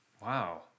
Wow